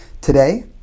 Today